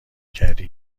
کردی